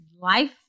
life